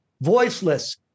voiceless